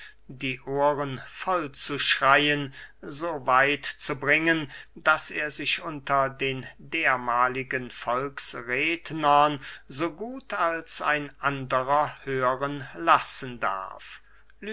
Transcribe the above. die ohren voll zu schreyen so weit zu bringen daß er sich unter den dermahligen volksrednern so gut als ein anderer hören lassen darf